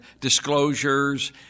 disclosures